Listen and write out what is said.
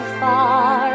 far